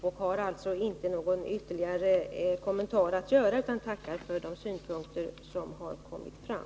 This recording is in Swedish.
Jag har alltså inte någon ytterligare kommentar att göra, utan tackar för de synpunkter som har kommit fram.